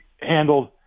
handled